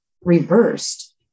reversed